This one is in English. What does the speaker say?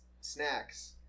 snacks